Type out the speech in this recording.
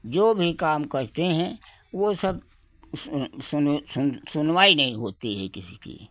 जो भी काम कहते हैं वो सब सुन सुने सुन सुनवाई नहीं होती है किसी की